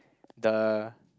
the